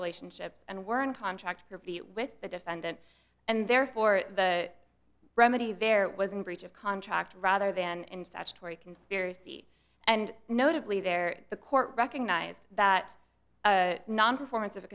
ation ships and were in contract with the defendant and therefore the remedy there was in breach of contract rather than in statutory conspiracy and notably there the court recognized that non performance of